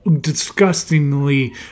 disgustingly